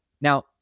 Now